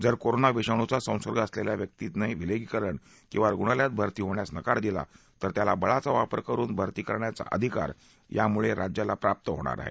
जर कोरोना विषाणूचा संसर्ग असलेल्या व्यक्तीने विलगीकरण किंवा रूग्णालयात भरती होण्यास नकार दिला तर त्याला बळाचा वापर करून भरती करण्याचा अधिकार यामुळे राज्याला प्राप्त होणार आहे